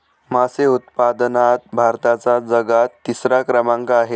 मासे उत्पादनात भारताचा जगात तिसरा क्रमांक आहे